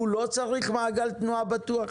הוא לא צריך מעגל תנועה בטוח?